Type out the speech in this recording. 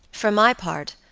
for my part,